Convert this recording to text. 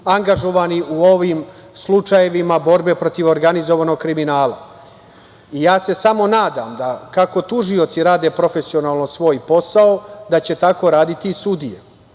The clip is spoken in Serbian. angažovani u ovim slučajevima borbe protiv organizovanog kriminala. Ja se samo nadam da kako tužioci rade profesionalno svoj posao, da će tako raditi i sudije,